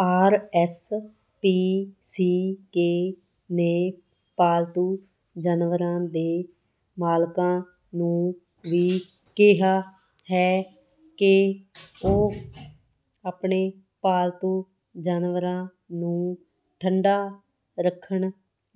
R S P C K ਨੇ ਪਾਲਤੂ ਜਾਨਵਰਾਂ ਦੇ ਮਾਲਕਾਂ ਨੂੰ ਵੀ ਕਿਹਾ ਹੈ ਕਿ ਉਹ ਆਪਣੇ ਪਾਲਤੂ ਜਾਨਵਰਾਂ ਨੂੰ ਠੰਡਾ ਰੱਖਣ